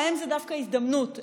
להם זו דווקא הזדמנות,